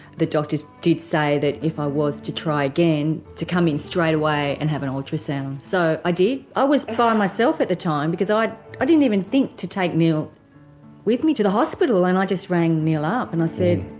the doctors did say that if i was to try again to come in straight away and have an ultrasound. so i did, i was by myself at the time because i just didn't even think to take neil with me to the hospital and i just rang neil up and i said